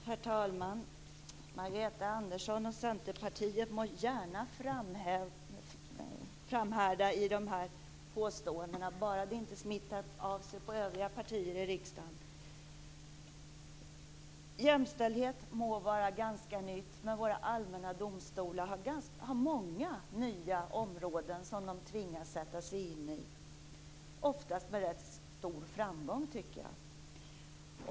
Herr talman! Margareta Andersson och Centerpartiet må gärna framhärda i de här påståendena, bara de inte smittar av sig på övriga partier i riksdagen. Jämställdhet må vara ganska nytt, men våra allmänna domstolar har många nya områden som de tvingas sätta sig in i. Och ofta har de ganska stor framgång, tycker jag.